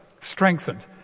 strengthened